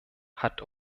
hat